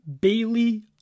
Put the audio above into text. Bailey